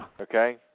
Okay